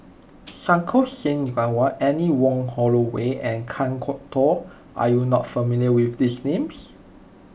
Santokh Singh Grewal Anne Wong Holloway and Kan Kwok Toh are you not familiar with these names